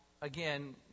again